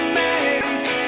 make